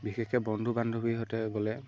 বিশেষকৈ বন্ধু বান্ধৱীৰ সৈতে গ'লে